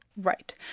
Right